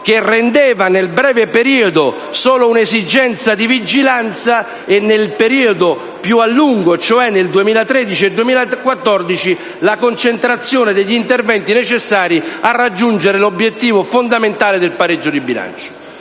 che comportava nel breve periodo solo un'esigenza di vigilanza e, nel periodo più lungo, cioè nel 2013 e nel 2014, la concentrazione degli interventi necessari a raggiungere l'obiettivo fondamentale del pareggio di bilancio.